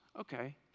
okay